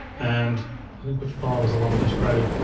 and i think which file was the one we just created.